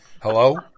Hello